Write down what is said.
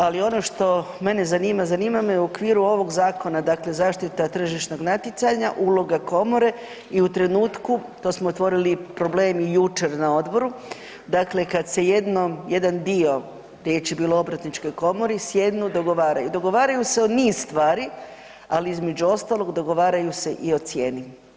Ali ono što mene zanima, zanima me u okviru ovog Zakona dakle zaštita tržišnog natjecanja uloga Komore i u trenutku to smo otvorili problem i jučer na odboru dakle, kada se jednom jedan dio riječ je bilo o Obrtničkoj komori sjednu i dogovaraju, dogovaraju se o niz stvari, ali između ostalog dogovaraju se i o cijeni.